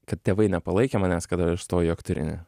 kad tėvai nepalaikė manęs kada aš stojau į aktorinį